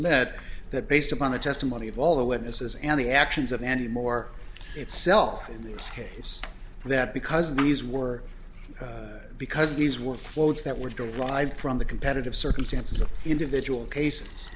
that that based upon the testimony of all the witnesses and the actions of any more itself in this case that because these were because these were floats that were derived from the competitive circumstances of individual cases